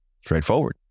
Straightforward